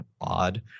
odd